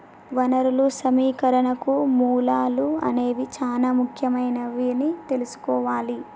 వనరులు సమీకరణకు మూలాలు అనేవి చానా ముఖ్యమైనవని తెల్సుకోవాలి